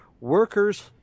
workers